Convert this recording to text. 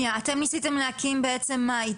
אז רגע שניה, אתם ניסיתם להקים בעצם מה?